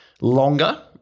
longer